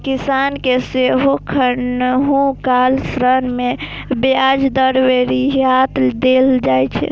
किसान कें सेहो कखनहुं काल ऋण मे ब्याज दर मे रियायत देल जाइ छै